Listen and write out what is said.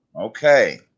Okay